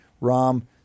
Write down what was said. Rom